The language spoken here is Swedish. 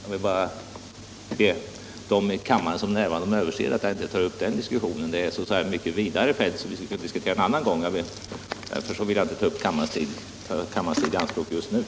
Men det är en diskussion som spänner över ett mycket vidare fält, och den debatten skall jag inte ta upp nu. Det får vi göra en annan gång. Just nu vill jag inte ta kammarens tid i anspråk för det.